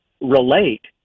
relate